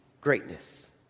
greatness